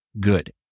Good